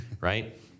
right